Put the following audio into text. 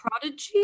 prodigy